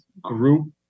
group